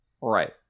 Right